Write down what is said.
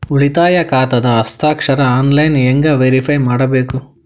ಉಳಿತಾಯ ಖಾತಾದ ಹಸ್ತಾಕ್ಷರ ಆನ್ಲೈನ್ ಹೆಂಗ್ ವೇರಿಫೈ ಮಾಡಬೇಕು?